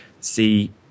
see